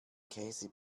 käse